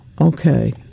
Okay